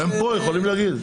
הם פה, הם יכולים להגיב.